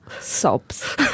sobs